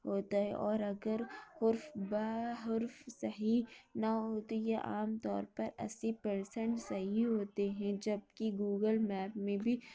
ہوتا ہے اور اگر حرف بہ حرف صحیح نہ ہو تو یہ عام طور پر اسی پرسنٹ صحیح ہوتے ہیں جبکہ گوگل میپ میں بھی